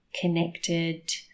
connected